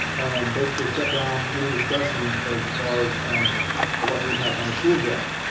and basically shut down any discussion as far as um what the impact on the schools was.